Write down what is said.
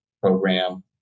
program